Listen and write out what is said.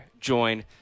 join